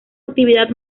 actividad